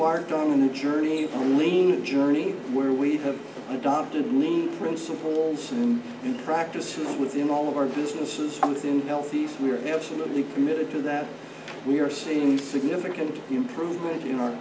marked on the journey from lean journey where we have adopted new principles and practices within all of our businesses something healthy we are absolutely committed to that we are seeing significant improvement in our